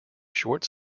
short